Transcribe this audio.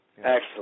Excellent